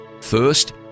first